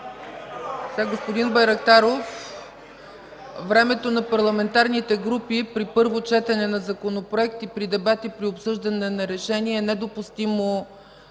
Господин Байрактаров, времето на парламентарните групи при първо четене на законопроект и при дебати при обсъждане на решение е недопустимо